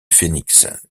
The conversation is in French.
phoenix